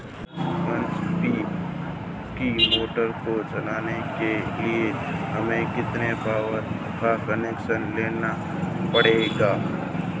दस एच.पी की मोटर को चलाने के लिए हमें कितने पावर का कनेक्शन लेना पड़ेगा?